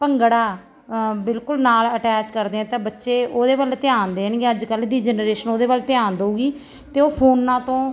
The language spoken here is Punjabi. ਭੰਗੜਾ ਬਿਲਕੁਲ ਨਾਲ ਅਟੈਚ ਕਰਦੇ ਹਾਂ ਤਾਂ ਬੱਚੇ ਉਹਦੇ ਵੱਲ ਧਿਆਨ ਦੇਣਗੇ ਅੱਜ ਕੱਲ੍ਹ ਦੀ ਜਨਰੇਸ਼ਨ ਉਹਦੇ ਵੱਲ ਧਿਆਨ ਦਵੇਗੀ ਅਤੇ ਉਹ ਫੋਨਾ ਤੋਂ